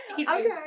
Okay